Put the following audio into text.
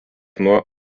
nuo